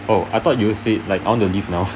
oh I thought you say like I want to leave now